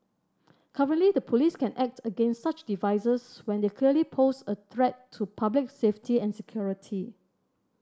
currently the police can act against such devices when they clearly pose a threat to public safety and security